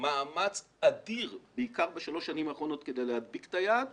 מאמץ אדיר בעיקר בשלוש השנים האחרונות כדי להדביק את היעד